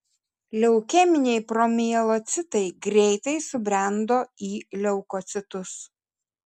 leukeminiai promielocitai greitai subrendo į leukocitus